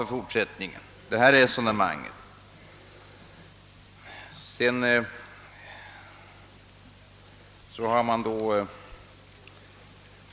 I fortsättningen kan vi alltså koppla bort detta resonemang.